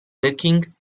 looking